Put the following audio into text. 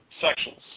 sections